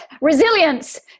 Resilience